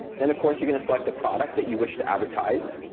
then of course, you're going to select the product that you wish to advertise,